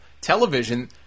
television